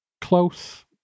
close